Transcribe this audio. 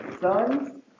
sons